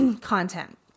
content